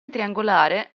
triangolare